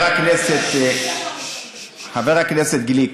הכנסת גליק,